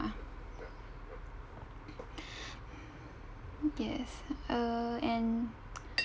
yes uh and